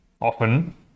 often